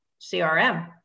CRM